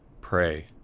pray